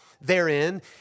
therein